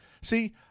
See